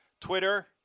Twitter